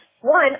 one